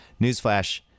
newsflash